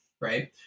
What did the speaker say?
right